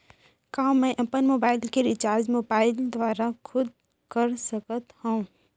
का मैं अपन मोबाइल के रिचार्ज मोबाइल दुवारा खुद कर सकत हव?